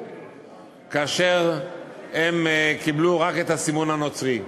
כאשר הם קיבלו רק את הסימון הנוצרי.